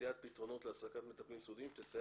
מציאת פתרונות להעסקת מטפלים סיעודיים תסייע